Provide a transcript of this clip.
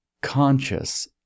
conscious